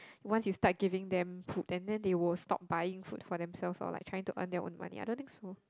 once you start giving them food and then they will stop buying food for themselves or like trying to earn their own money I don't think so